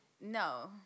No